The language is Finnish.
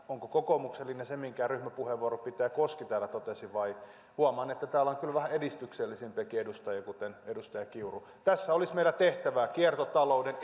onko kokoomuksen linja se minkä ryhmäpuheenvuoron pitäjä koski täällä totesi kun huomaan että täällä on kyllä vähän edistyksellisempiäkin edustajia kuten edustaja kiuru tässä olisi meillä tehtävää kiertotalouden